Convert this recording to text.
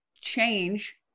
change